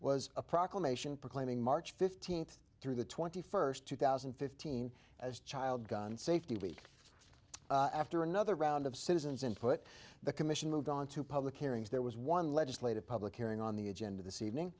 was a proclamation proclaiming march fifteenth through the twenty first two thousand and fifteen as child gun safety week after another round of citizens input the commission moved on to public hearings there was one legislative public hearing on the agenda this evening